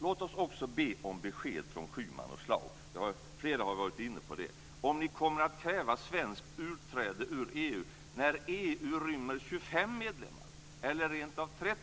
Låt oss också be om besked från Schyman och Schlaug - flera har ju varit inne på det - om ni kommer att kräva svenskt utträde ur EU när EU rymmer 25 medlemmar eller rent av 30?